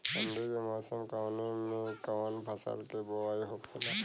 ठंडी के मौसम कवने मेंकवन फसल के बोवाई होखेला?